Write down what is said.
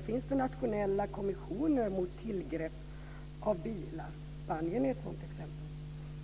finns nationella kommissioner mot tillgrepp av bilar. Spanien är ett sådant exempel.